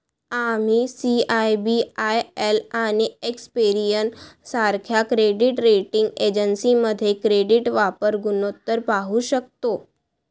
आम्ही सी.आय.बी.आय.एल आणि एक्सपेरियन सारख्या क्रेडिट रेटिंग एजन्सीमध्ये क्रेडिट वापर गुणोत्तर पाहू शकतो